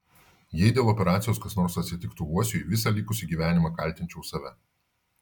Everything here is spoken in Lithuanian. jei dėl operacijos kas nors atsitiktų uosiui visą likusį gyvenimą kaltinčiau save